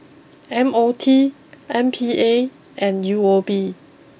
M O T M P A and U O B